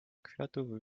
kwiatów